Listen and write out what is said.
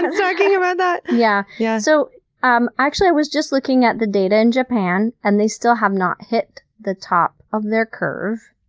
but so talking about that! yeah yeah so um actually, i was just looking at the data in japan, and they still have not hit the top of their curve.